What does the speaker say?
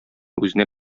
үзенә